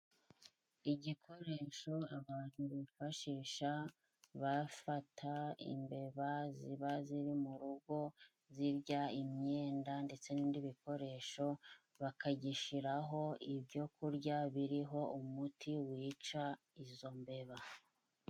Igikoresho abantu bifashisha bafata imbeba ziba ziri mu rugo zirya imyenda ndetse n'ibindi bikoresho, bakagishiraho ibyo kurya biriho umuti wica izo mbeba.